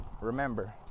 remember